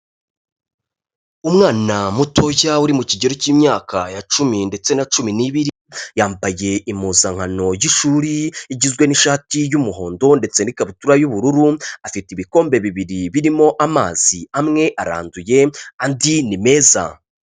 Umwana mutoya uri mu kigero k'imyaka ya cumi ndetse na cumi n'ibiri yambaye impuzankano y'ishuri igizwe n'ishati y'umuhondo ndetse n'ikabutura y'ubururu, afite ibikombe bibiri birimo amazi, amwe aranduye andi ni meza.